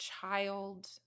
child